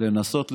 לנסות לסייע.